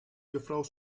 juffrouw